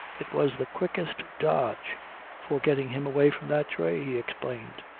it was the quickest dodge for getting him away from that tray, he explained.